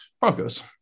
Broncos